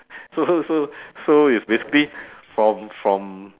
so so so it's basically from from